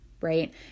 right